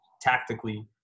tactically